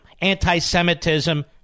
anti-Semitism